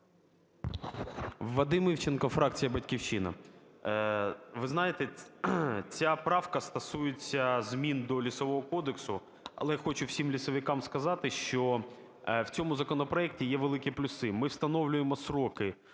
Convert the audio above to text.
Вадим Івченко, фракція "Батьківщина". Ви знаєте, ця правка стосується змін до Лісового кодексу, але хочу всім лісовикам сказати, що в цьому законопроекті є великі плюси. Ми встановлюємо строки: